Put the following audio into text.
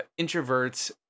introverts